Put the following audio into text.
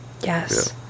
Yes